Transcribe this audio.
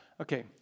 Okay